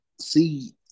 see